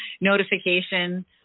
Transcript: notification